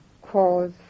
cause